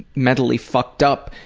mentally fucked-up,